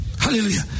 Hallelujah